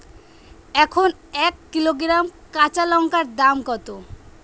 এখন এক কিলোগ্রাম কাঁচা লঙ্কার দাম কত?